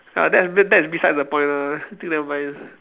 ah that that that's beside the point ah I think nevermind